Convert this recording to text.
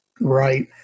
Right